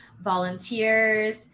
volunteers